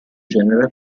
genera